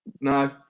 No